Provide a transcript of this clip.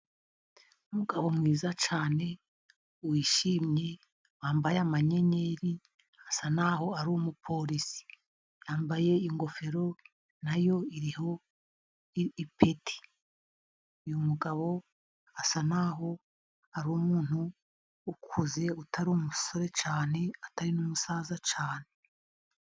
Umugabo mwiza cyane, wishimye wambaye amanyenyeri asa naho ari umupolisi, yambaye ingofero nayo iriho ipeti. Uyu mugabo asa naho ari umuntu ukuze, utari umusore cyane, utari n'umusaza cyane.